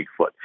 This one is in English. Bigfoot